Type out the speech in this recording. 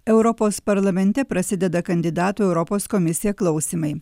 europos parlamente prasideda kandidatų į europos komisiją klausymai